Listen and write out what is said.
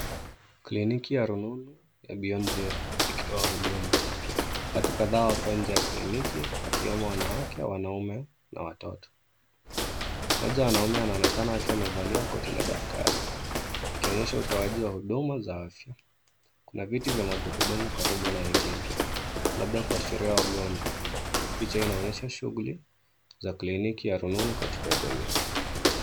Kliniki ya rununu ya Beyond Zero ikitoa huduma. Watu kadhaa wako nje ya kliniki, wakiwemo wanawake, wanaume na watoto. Mmoja wa wanaume anaonekana akiwa amevalia koti la daktari, ikionyesha utoaji wa huduma za afya. Kuna viti vya magurudumu karibu na wengine, labda kuashiria wagonjwa. Picha inaonyesha shughuli za kliniki ya rununu katika jamii.